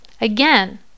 again